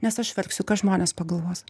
nes aš verksiu ką žmonės pagalvos